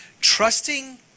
trusting